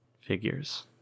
figures